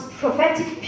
prophetic